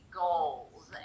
goals